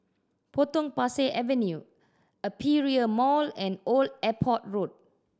Potong Pasir Avenue Aperia Mall and Old Airport Road